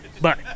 Bye